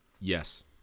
Yes